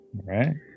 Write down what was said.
right